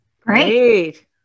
Great